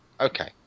Okay